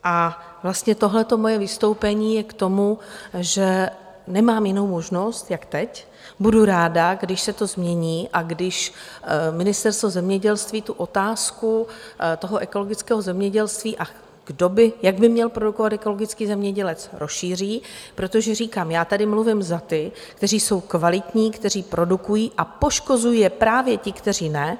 A vlastně tohle moje vystoupení k tomu, že nemám jinou možnost jak teď, budu ráda, když se to změní a když Ministerstvo zemědělství tu otázku toho ekologického zemědělství a kdo by, jak by měl produkovat ekologický zemědělec, rozšíří, protože říkám, já tady mluvím za ty, kteří jsou kvalitní, kteří produkují, a poškozují je právě ti, kteří ne.